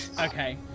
Okay